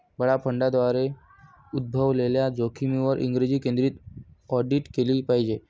बडा फंडांद्वारे उद्भवलेल्या जोखमींवर इंग्रजी केंद्रित ऑडिट केले पाहिजे